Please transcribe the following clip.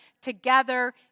together